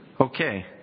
Okay